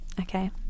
Okay